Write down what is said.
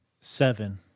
Seven